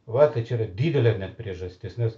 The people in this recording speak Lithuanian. va čia yra didelė priežastis nes